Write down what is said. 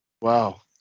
Wow